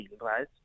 right